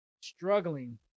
struggling